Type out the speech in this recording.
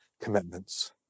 commitments